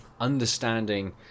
understanding